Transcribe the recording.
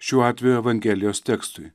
šiuo atveju evangelijos tekstui